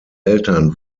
eltern